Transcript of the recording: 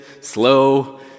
slow